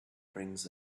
brings